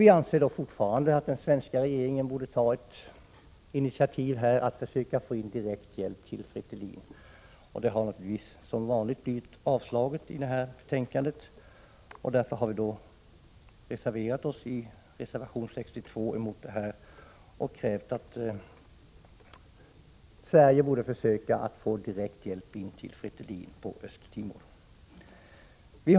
Vi anser fortfarande att den svenska regeringen borde ta initiativ för att försöka få in direkt hjälp till Fretilin. Det förslaget har som vanligt avstyrkts i betänkandet. Därför har vi i reservation 63 krävt att Sverige skall försöka få direkt hjälp in till Fretilin på Östtimor.